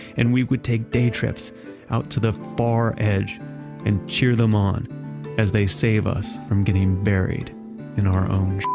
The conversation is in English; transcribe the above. and we would take day trips out to the far edge and cheer them on as they save us from getting buried in our own